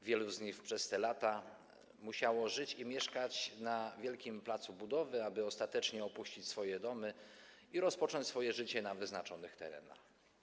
Wielu z nich przez te lata musiało żyć i mieszkać na wielkim placu budowy, aby ostatecznie opuścić swoje domy i rozpocząć swoje życie na wyznaczonych terenach.